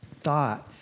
thought